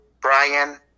Brian